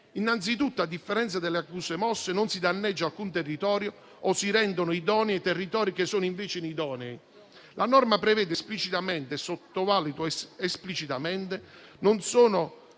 Innanzitutto, a differenza delle accuse mosse, non si danneggia alcun territorio, né si rendono idonei territori che sono invece inidonei. La norma prevede esplicitamente - e lo sottolineo - non solo